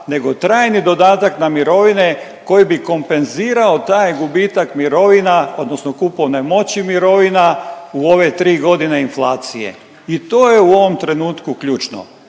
nego trajni dodatak na mirovine koji bi kompenzirao taj gubitak mirovina odnosno kupovne moći mirovina u ove tri godine inflacije. I to je u ovom trenutku ključno.